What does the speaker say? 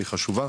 והיא חשובה,